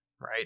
right